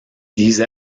these